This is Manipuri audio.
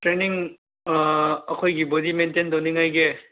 ꯇ꯭ꯔꯦꯅꯤꯡ ꯑꯩꯈꯣꯏꯒꯤ ꯕꯣꯗꯤ ꯃꯦꯟꯇꯦꯟ ꯇꯧꯅꯤꯡꯉꯥꯏꯒꯤ